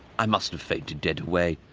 i must have fainted dead away,